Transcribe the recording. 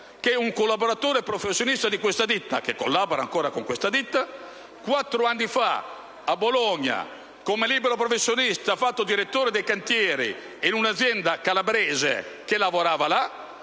che un collaboratore professionista di questa ditta, che collabora ancora con questa ditta, quattro anni fa a Bologna, come libero professionista, è stato il direttore del cantiere di un'azienda calabrese. Nell'informativa,